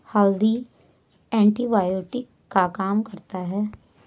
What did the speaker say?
हल्दी एंटीबायोटिक का काम करता है